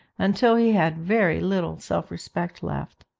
until he had very little self-respect left.